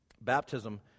baptism